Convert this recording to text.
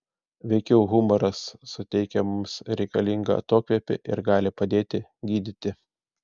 veikiau humoras suteikia mums reikalingą atokvėpį ir gali padėti gydyti